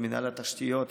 במינהל התשתיות,